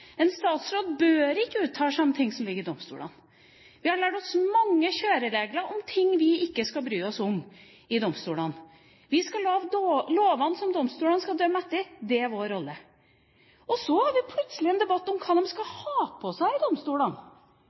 En statsråd bør ikke uttale seg om ting som ligger i domstolene. Vi har lært oss mange kjøreregler om ting vi ikke skal bry oss med i domstolene. Vi skal lage lovene som domstolene skal dømme etter – det er vår rolle. Så har vi plutselig en debatt om hva de skal ha på seg i domstolene;